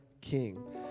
King